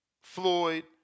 Floyd